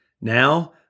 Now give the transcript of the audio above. Now